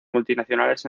multinacionales